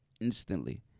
instantly